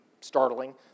startling